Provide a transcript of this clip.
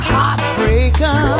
Heartbreaker